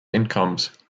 incomes